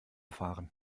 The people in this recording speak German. fahren